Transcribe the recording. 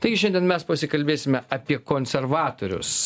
tai šiandien mes pasikalbėsime apie konservatorius